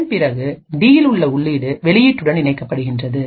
அதன் பிறகு டியில் உள்ள உள்ளீடு வெளியீட்டுடன் இணைக்கப்படுகின்றது